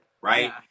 right